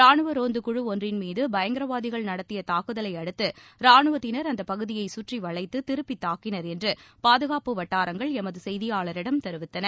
ரானுவ ரோந்து குழு ஒன்றின் மீது பயங்கரவாதிகள் நடத்திய தாக்குதலை அடுத்து ரானுவத்தினர் அந்த பகுதியை கற்றி வளைத்து திருப்பி தாக்கினர் என்று பாதுகாப்பு வட்டாரங்கள் எமது செய்தியாளரிடம் தெரிவித்தன